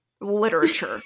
literature